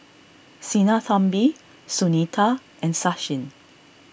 Sinnathamby Sunita and Sachin